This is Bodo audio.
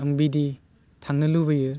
बिदि थांनो लुबैयो